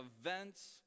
events